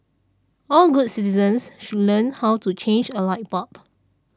all good citizens should learn how to change a light bulb